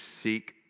seek